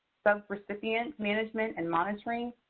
subrecipients management and monitoring,